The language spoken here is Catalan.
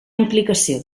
implicació